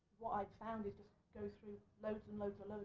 i've found is go through loads and loads and